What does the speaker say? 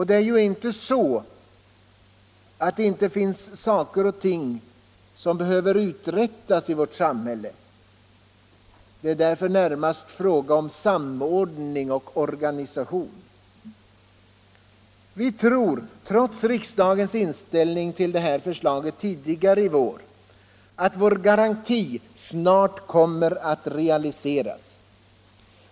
Det är ju inte så, att det inte finns saker och ting som inte behöver uträttas i vårt samhälle. Det är därför närmast en fråga om samordning och organisation. Vi tror, trots riksdagens inställning till det här förslaget tidigare i vår, att vår garanti snart kommer att realiseras.